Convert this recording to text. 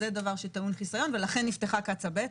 זה דבר שטעון חסיון ולכן נפתחה קצא"א ב',